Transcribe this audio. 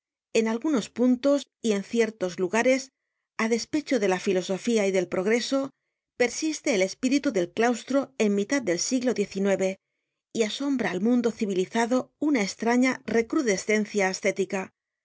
en algunos puntos y en ciertos lugares á despecho de la filosofía y del progreso persiste el espíritu del claustro en mitad del siglo xix y asombra al mundo civilizado una estraña recrudescencia ascética